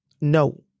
no